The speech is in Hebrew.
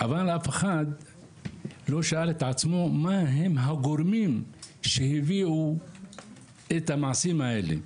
אבל אף אחד לא שאל את עצמו מהם הגורמים שהביאו למעשים האלה.